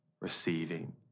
receiving